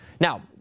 Now